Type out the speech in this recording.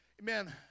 amen